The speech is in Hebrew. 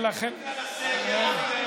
זה לא בגלל הסגר.